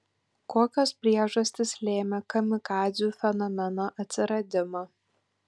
kokios priežastys lėmė kamikadzių fenomeno atsiradimą